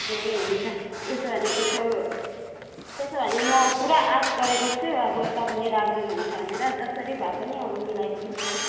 ए हुन्छ उसो भने त्यसो त्यसो भने म पुरा आस गरेको छु अब तपाईँले राखिदिनुहुन्छ भनेर जसरी भए पनि अब मिलाइदिनुहोस् न